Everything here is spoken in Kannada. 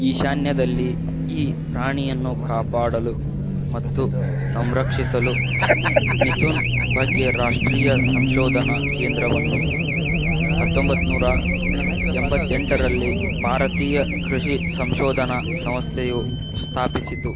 ಈಶಾನ್ಯದಲ್ಲಿ ಈ ಪ್ರಾಣಿಯನ್ನು ಕಾಪಾಡಲು ಮತ್ತು ಸಂರಕ್ಷಿಸಲು ಮಿಥುನ್ ಬಗ್ಗೆ ರಾಷ್ಟ್ರೀಯ ಸಂಶೋಧನಾ ಕೇಂದ್ರವನ್ನು ಹತ್ತೊಂಬತ್ತು ನೂರಾ ಎಂಬತ್ತೆಂಟರಲ್ಲಿ ಭಾರತೀಯ ಕೃಷಿ ಸಂಶೋಧನಾ ಸಂಸ್ಥೆಯು ಸ್ಥಾಪಿಸಿತು